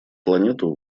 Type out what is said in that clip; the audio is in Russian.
планету